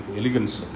elegance